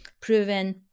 proven